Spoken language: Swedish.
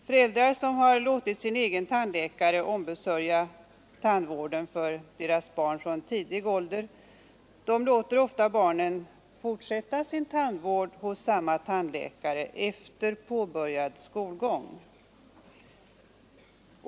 Föräldrar som har låtit sin egen tandläkare ombesörja tandvården för deras barn från tidig ålder låter ofta barnen fortsätta sin tandvård hos samma tandläkare efter påbörjad skolgång.